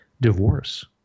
Divorce